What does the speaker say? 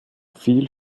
viel